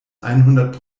einhundert